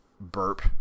burp